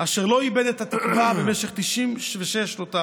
אשר לא איבד את התקווה במשך 96 שנותיו,